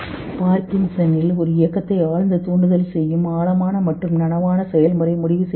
பார்கின்சனில் ஒரு இயக்கத்தை ஆழ்ந்த ரயில் தூண்டுதல் செய்யும் ஆழமான மற்றும் நனவான செயல்முறை முடிவு செய்கிறது